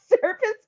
service